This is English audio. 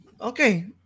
Okay